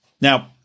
Now